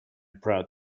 proud